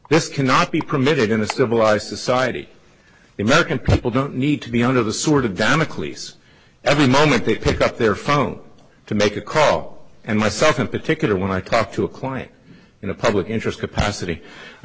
this cannot be permitted in a civilized society the american people don't need to be under the sword of damocles every moment they pick up their phone to make a call and myself in particular when i talk to a client in a public interest capacity i